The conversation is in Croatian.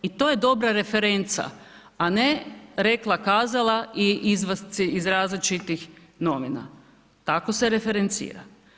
I to je dobra referenca, a ne rekla kazala i izvadci iz različitih novina, tako se referencira.